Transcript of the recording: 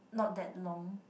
not that long